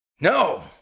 no